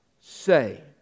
Say